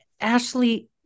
Ashley